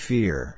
Fear